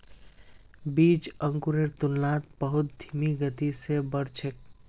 बीज अंकुरेर तुलनात बहुत धीमी गति स बढ़ छेक